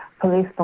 police